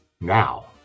Now